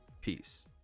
peace